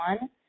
one